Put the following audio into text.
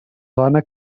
dona